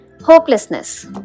Hopelessness